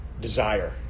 desire